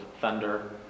thunder